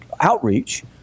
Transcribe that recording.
outreach